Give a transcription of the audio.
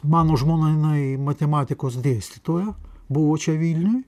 mano žmona jinai matematikos dėstytoja buvo čia vilniuj